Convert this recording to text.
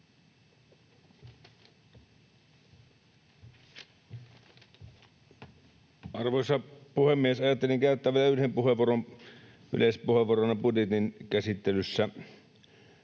Arvoisa puhemies! Ajattelin käyttää vielä yhden puheenvuoron yleispuheenvuorona budjetin käsittelyssä.